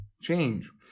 change